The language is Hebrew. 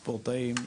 ספורטאים,